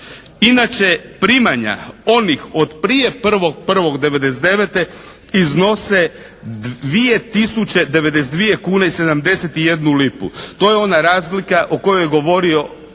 Inače primanja onih od prije 1.1.'99. iznose 2 tisuće 92 kune i 71 lipu. To je ona razlika o kojoj je govorio